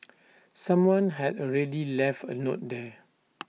someone had already left A note there